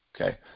okay